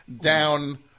down